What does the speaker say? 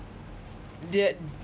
they